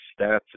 stats